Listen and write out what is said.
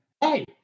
hey